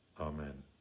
Amen